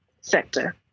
sector